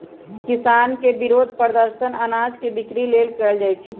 किसान के विरोध प्रदर्शन अनाज के बिक्री लेल कएल जाइ छै